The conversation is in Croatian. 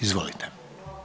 Izvolite.